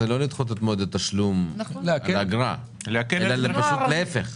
לא לדחות את מועד תשלום האגרה אלא להיפך,